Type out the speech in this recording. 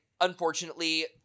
unfortunately